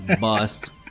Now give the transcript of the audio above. bust